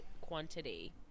quantity